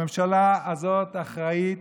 הממשלה הזאת אחראית